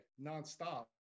nonstop